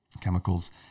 chemicals